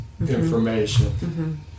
information